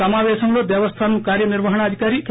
సమాపేశంలో దేవస్థానం కార్యనిర్వహణాధికారి కె